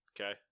Okay